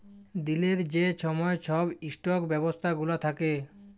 দিলের যে ছময় ছব ইস্টক ব্যবস্থা গুলা থ্যাকে